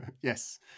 yes